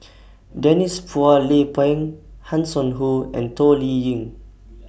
Denise Phua Lay Peng Hanson Ho and Toh Liying